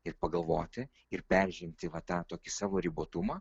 ir pagalvoti ir peržengti va tą tokį savo ribotumą